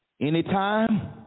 Anytime